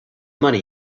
money